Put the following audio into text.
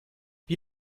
wie